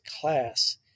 class